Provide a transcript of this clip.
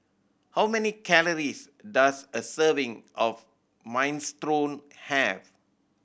how many calories does a serving of Minestrone have